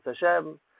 Hashem